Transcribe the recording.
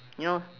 you know